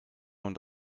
und